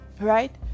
right